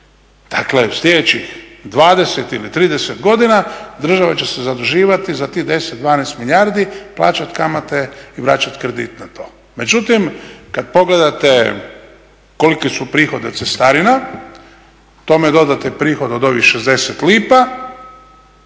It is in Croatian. Dakle, sljedećih 20 ili 30 godina država će se zaduživati za tih 10, 12 milijardi, plaćat kamate i vraćat kredit na to. Međutim, kad pogledate koliki su prihodi od cestarina, tome dodate prihod od ovih 60 lipa